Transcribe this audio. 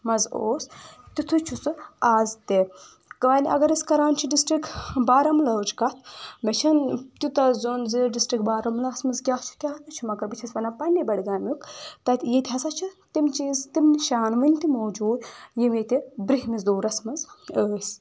منٛز اوس تِتُھے چھُ سُہ آز تہِ کالہِ اگر أسۍ کران چھِ ڈسٹرِکٹ بارہمولہ ہٕچ کتھ مےٚ چھنہٕ تِیوٗتاہ زوٚن زِ ڈسٹرکٹ بارہمولہ ہس منٛز کیٛاہ چھُ کیٛاہ نہٕ چھُ مگر بہٕ چھس ونان پننہِ بڈگامیُک تتہِ ییٚتہِ ہسا تِم چیٖز تِم نشانہٕ ؤنۍ تہِ موجوٗد یِم ییٚتہِ برٛونٛہمِس دورس منٛز ٲسۍ